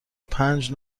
پنج